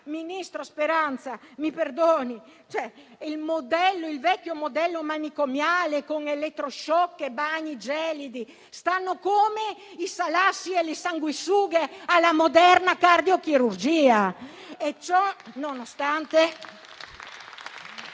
Ministro Speranza, mi perdoni, il vecchio modello manicomiale con elettroshock e bagni gelidi sta come i salassi e le sanguisughe alla moderna cardiochirurgia.